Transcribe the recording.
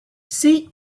sheikh